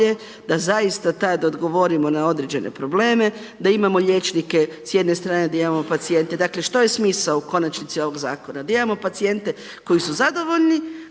da zaista tad odgovorimo na određene probleme, da imamo liječnike s jedne strane da imamo pacijente. Dakle što je smisao u konačnici ovog zakona? Da imamo pacijente koji su zadovoljni,